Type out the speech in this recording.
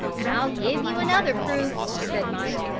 i'll give you another proof, said mike.